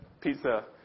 pizza